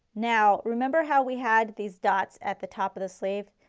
now remember how we had these dots at the top of the sleeve.